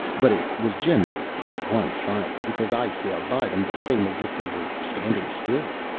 but it was generally pretty one-sided, because i sailed by them the same as if they were standing still.